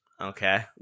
Okay